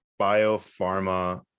biopharma